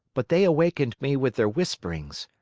but they awakened me with their whisperings.